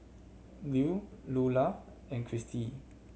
Lew Lulah and Kirstie